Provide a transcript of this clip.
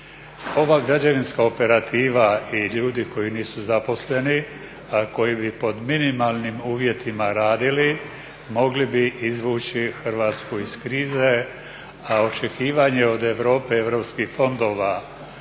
Ova građevinska operativa i ljudi koji nisu zaposleni, a koji bi pod minimalnim uvjetima radili, mogli bi izvući Hrvatsku iz krize, a očekivanje od Europe, europskih fondova,